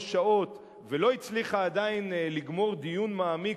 שעות ולא הצליחה עדיין לגמור דיון מעמיק,